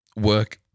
work